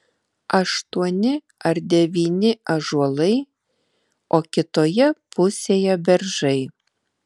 aštuoni ar devyni ąžuolai o kitoje pusėje beržai